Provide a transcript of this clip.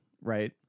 right